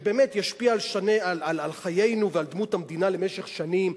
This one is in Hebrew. שבאמת ישפיע על חיינו ועל דמות המדינה למשך שנים,